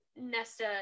Nesta